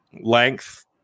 length